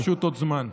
יש פשוט עוד זמן.